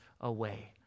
away